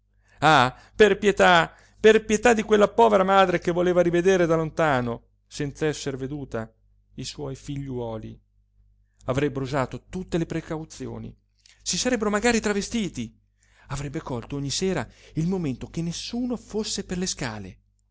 ah per pietà per pietà di quella povera madre che voleva rivedere da lontano senz'esser veduta i suoi figliuoli avrebbero usato tutte le precauzioni si sarebbero magari travestiti avrebbe colto ogni sera il momento che nessuno fosse per le scale